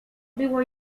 było